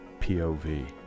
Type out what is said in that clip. pov